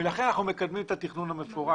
ולכן אנחנו מקדמים את התכנון המפורט'.